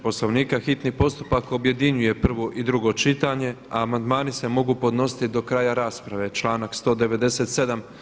Poslovnika hitni postupak objedinjuje prvo i drugo čitanje, a amandmani se mogu podnositi do kraja rasprave, članak 197.